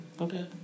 okay